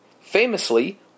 Famously